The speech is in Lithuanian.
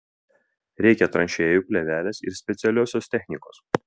reikia tranšėjų plėvelės ir specialiosios technikos